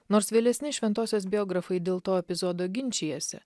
nors vėlesni šventosios biografai dėl to epizodo ginčijasi